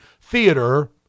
theater